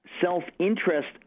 self-interest